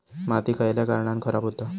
माती खयल्या कारणान खराब हुता?